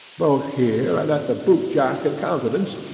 both here and at the boot-jack and countenance,